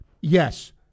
yes